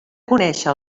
conéixer